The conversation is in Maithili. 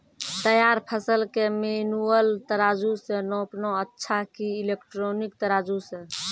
तैयार फसल के मेनुअल तराजु से नापना अच्छा कि इलेक्ट्रॉनिक तराजु से?